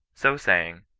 so saying,